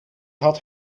had